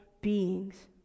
beings